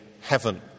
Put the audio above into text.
heaven